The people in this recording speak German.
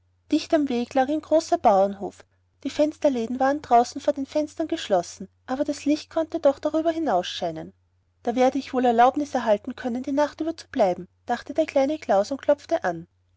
dicht am wege lag ein großer bauernhof die fensterladen waren draußen vor den fenstern geschlossen aber das licht konnte doch darüber hinausscheinen da werde ich wohl erlaubnis erhalten können die nacht über zu bleiben dachte der kleine klaus und klopfte an